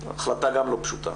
זו החלטה גם לא פשוטה.